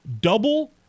Double